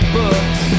books